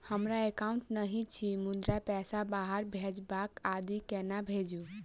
हमरा एकाउन्ट नहि अछि मुदा पैसा बाहर भेजबाक आदि केना भेजू?